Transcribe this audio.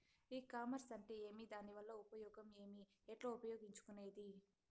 ఈ కామర్స్ అంటే ఏమి దానివల్ల ఉపయోగం ఏమి, ఎట్లా ఉపయోగించుకునేది?